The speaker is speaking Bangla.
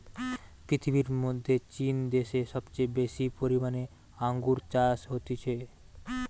পৃথিবীর মধ্যে চীন দ্যাশে সবচেয়ে বেশি পরিমানে আঙ্গুর চাষ হতিছে